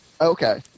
Okay